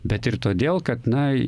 bet ir todėl kad na